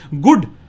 Good